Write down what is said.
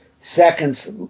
seconds